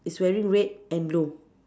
it's wearing red and blue